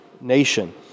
nation